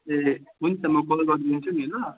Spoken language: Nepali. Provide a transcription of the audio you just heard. ए हुन्छ म कल गरिदिन्छु नि ल